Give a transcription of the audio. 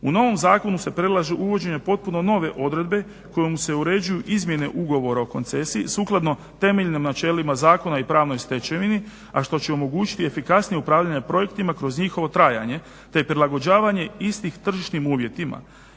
U novom zakonu se predlaže uvođenje potpuno nove odredbe kojom se uređuju izmjene ugovora o koncesiji sukladno temeljnim načelima zakona i pravnoj stečevini, a što će omogućiti efikasnije upravljanje projektima kroz njihovo trajanje te prilagođavanje istih tržišnih uvjetima.